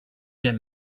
get